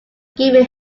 given